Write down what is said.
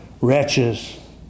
wretches